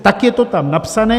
Tak je to tam napsané.